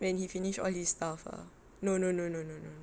when he finished all his stuff ah no no no no no no